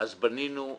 בנינו,